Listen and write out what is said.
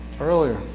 earlier